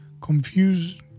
confused